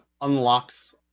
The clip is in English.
unlocks